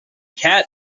cat